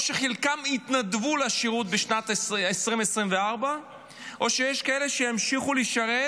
או שחלקם התנדבו לשירות בשנת 2024 או שיש כאלה שהמשיכו לשרת